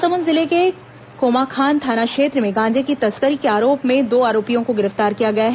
महासमुंद जिले के कोमाखान थाना क्षेत्र में गांजे की तस्करी के आरोप में दो आरोपियों को गिरफ्तार किया गया है